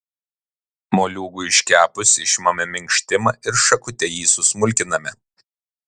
moliūgui iškepus išimame minkštimą ir šakute jį susmulkiname